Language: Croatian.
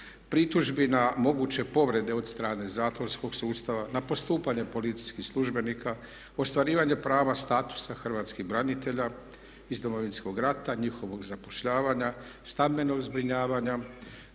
pritužbi na moguće povrede od strane zatvorskog sustava, na postupanje policijskih službenika, ostvarivanje prava statusa hrvatskih branitelja iz Domovinskog rata, njihovog zapošljavanja, stambenog zbrinjavanja